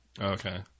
Okay